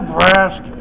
Brask